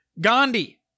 Gandhi